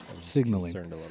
Signaling